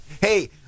Hey